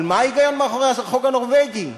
אבל מה ההיגיון מאחורי החוק הנורבגי?